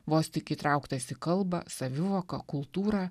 vos tik įtrauktas į kalbą savivoką kultūrą